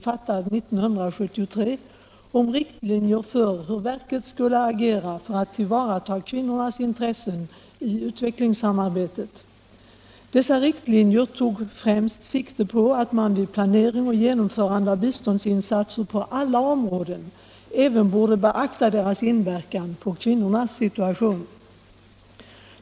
förande av biståndsinsatser på alla områden även borde beakta deras inverkan på kvinnornas situation.